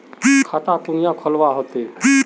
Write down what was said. खाता कुनियाँ खोलवा होते?